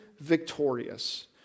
victorious